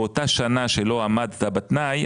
באותה שנה שלא עמדת בתנאי,